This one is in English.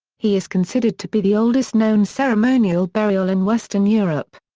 he is considered to be the oldest known ceremonial burial in western europe.